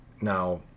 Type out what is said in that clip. Now